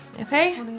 Okay